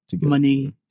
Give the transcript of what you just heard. money